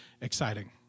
exciting